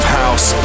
house